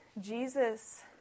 Jesus